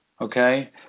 Okay